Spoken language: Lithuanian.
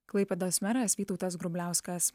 klaipėdos meras vytautas grubliauskas